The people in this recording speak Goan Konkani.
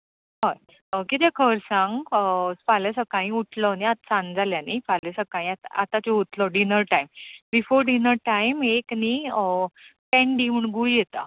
कितें कर सांग फाल्यां सकाळी उटलो न्हय आतां सांज जाल्या न्हय आतां जेवतलो dinner time before dinner time एक न्हय पेन डी म्हूण गुळी येता